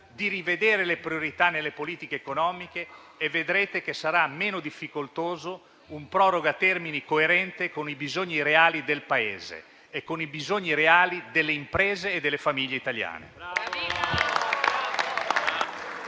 di rivedere le priorità nelle politiche economiche e vedrete che sarà meno difficoltoso un proroga-termini coerente con i bisogni reali del Paese e con i bisogni reali delle imprese e delle famiglie italiane.